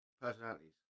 personalities